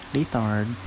Lethard